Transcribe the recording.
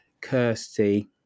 kirsty